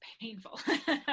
painful